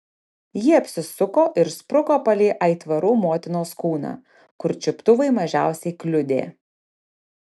ji apsisuko ir spruko palei aitvarų motinos kūną kur čiuptuvai mažiausiai kliudė